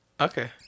Okay